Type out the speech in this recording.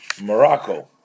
Morocco